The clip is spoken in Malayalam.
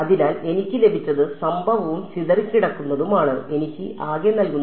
അതിനാൽ എനിക്ക് ലഭിച്ചത് സംഭവവും ചിതറിക്കിടക്കുന്നതുമാണ് എനിക്ക് ആകെ നൽകുന്നത്